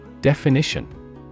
Definition